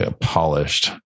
polished